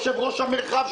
יושב-ראש המרחב,